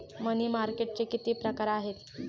मनी मार्केटचे किती प्रकार आहेत?